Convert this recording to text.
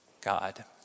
God